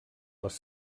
les